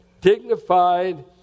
dignified